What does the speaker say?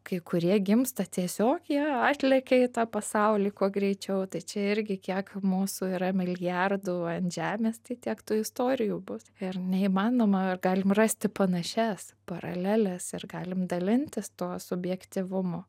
kai kurie gimsta tiesiog jie atlėkia į tą pasaulį kuo greičiau tai čia irgi kiek mūsų yra milijardų ant žemės tai tiek tų istorijų bus ir neįmanoma ar galim rasti panašias paraleles ir galim dalintis tuo subjektyvumu